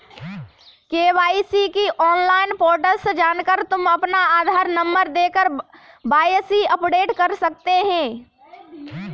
KYC के online portal पर जाकर तुम अपना आधार नंबर देकर के.वाय.सी अपडेट कर सकते हो